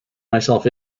myself